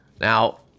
Now